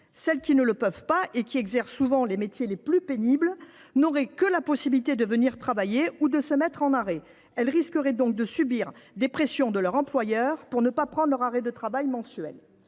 Les autres – souvent celles qui exercent les métiers les plus pénibles – n’auraient que la possibilité de venir travailler ou de se mettre en arrêt maladie. Elles risqueraient donc de subir des pressions de leur employeur pour ne pas prendre leur arrêt de travail mensuel.